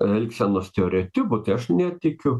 elgsenos stereotipų tai aš netikiu